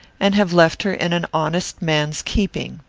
and have left her in an honest man's keeping.